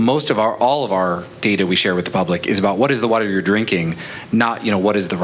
most of our all of our data we share with the public is about what is the water you're drinking not you know what is the